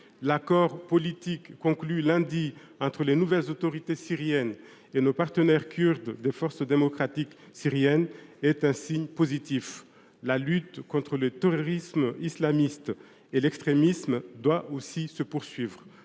L’accord politique conclu lundi entre les nouvelles autorités syriennes et nos partenaires kurdes des Forces démocratiques syriennes est un signe positif. La lutte contre le terrorisme islamiste et l’extrémisme doit aussi se poursuivre.